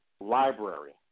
library